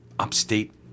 upstate